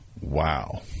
wow